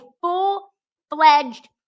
full-fledged